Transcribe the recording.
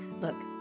look